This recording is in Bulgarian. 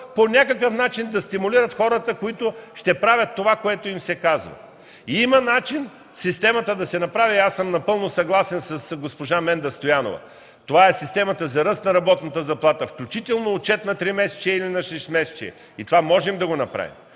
по някакъв начин да стимулират хората, които ще правят това, което им се казва. Има начин системата да се направи. Напълно съгласен съм с госпожа Менда Стоянова – това е системата за ръст на работната заплата, включително отчет на тримесечие или на шестмесечие. Това можем да го направим.